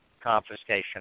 confiscation